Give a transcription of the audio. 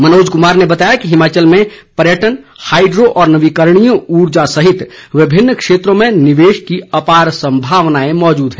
मनोज कुमार ने बताया कि हिमाचल में पर्यटन हाइड्रो और नवीकरणीय ऊर्जा सहित विभिन्न क्षेत्रों में निवेश की अपार संभावनाएं मौजूद हैं